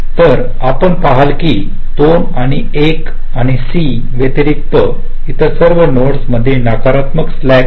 तर आपण पहाल की 2 आणि a आणि c व्यतिरिक्त इतर सर्व नोड्समध्ये नकारात्मक स्लॅक आहेत